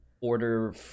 order